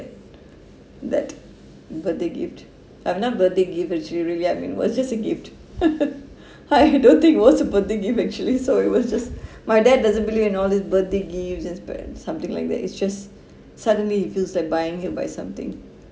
that birthday gift uh not birthday gift actually really I mean it was just a gift I don't think it was a birthday gift actually so it was just my dad doesn't believe in all this birthday gifts and present something like that it's just suddenly he feels like buying he will buy something